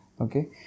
okay